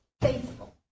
faithful